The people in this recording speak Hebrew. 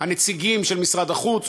הנציגים של משרד החוץ,